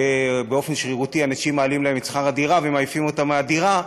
שבאופן שרירותי אנשים מעלים להם את שכר הדירה ומעיפים אותם מהדירה,